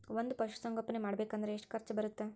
ಒಂದ್ ಪಶುಸಂಗೋಪನೆ ಮಾಡ್ಬೇಕ್ ಅಂದ್ರ ಎಷ್ಟ ಖರ್ಚ್ ಬರತ್ತ?